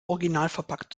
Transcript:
originalverpackt